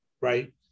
right